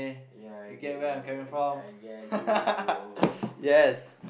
ya I get you I I get you bro